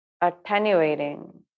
attenuating